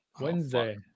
Wednesday